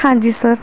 ਹਾਂਜੀ ਸਰ